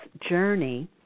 journey